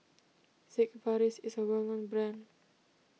Sigvaris is a well known brand